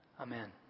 Amen